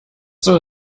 soll